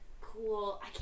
Cool